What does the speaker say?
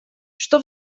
что